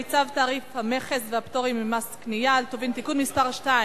צו תעריף המכס והפטורים ומס קנייה על טובין (תיקון מס' 2),